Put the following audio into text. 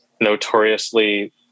notoriously